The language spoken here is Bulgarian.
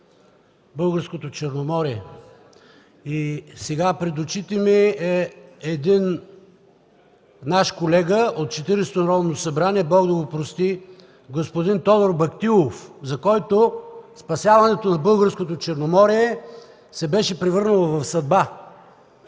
българското Черноморие. Сега пред очите ми е един наш колега от 40-ото Народно събрание, Бог да го прости, господин Тодор Батилов, за който спасяването на българското Черноморие се беше превърнало в съдба.